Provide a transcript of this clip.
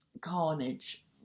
Carnage